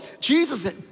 Jesus